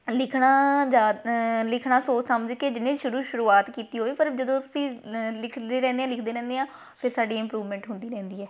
ਲਿਖਣਾ ਜ਼ਿਆ ਲਿਖਣਾ ਸੋਚ ਸਮਝ ਕੇ ਜਿਹਨੇ ਸ਼ੁਰੂ ਸ਼ੁਰੂਆਤ ਕੀਤੀ ਹੋਈ ਪਰ ਜਦੋਂ ਅਸੀਂ ਲਿਖਦੇ ਰਹਿੰਦੇ ਹਾਂ ਲਿਖਦੇ ਰਹਿੰਦੇ ਹਾਂ ਫ਼ਿਰ ਸਾਡੀਆਂ ਇੰਪਰੂਵਮੈਂਟ ਹੁੰਦੀ ਰਹਿੰਦੀ ਹੈ